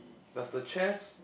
does the chairs